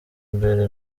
imbere